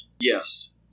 Yes